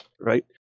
right